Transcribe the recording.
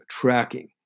tracking